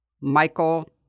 Michael